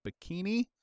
bikini